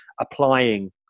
applying